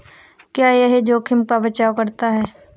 क्या यह जोखिम का बचाओ करता है?